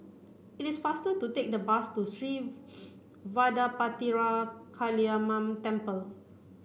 it is faster to take the bus to Sri Vadapathira Kaliamman Temple